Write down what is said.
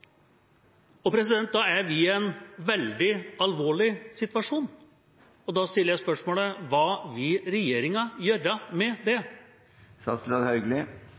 situasjon. Og da stiller jeg spørsmålet: Hva vil regjeringa gjøre med det?